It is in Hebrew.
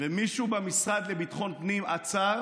ומישהו במשרד לביטחון פנים עצר